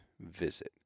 visit